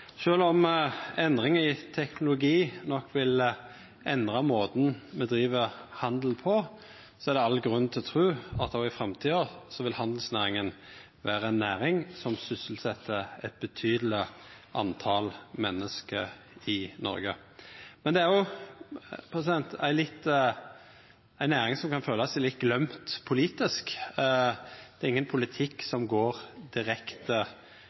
Sjølv om endring i teknologi nok vil endra måten me driv handel på, er det all grunn til å tru at òg i framtida vil handelsnæringa vera ei næring som sysselset eit betydeleg tal med menneske i Noreg. Men det er òg ei næring som kan kjenna seg litt gløymd politisk. Ingen politikk går direkte